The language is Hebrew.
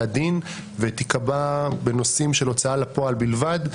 הדין ותיקבע בנושאים של הוצאה לפועל בלבד.